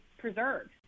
preserved